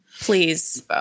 Please